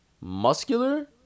Muscular